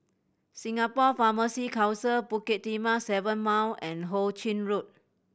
Singapore Pharmacy Council Bukit Timah Seven Mile and Ho Ching Road